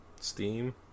Steam